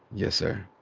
yes, sir.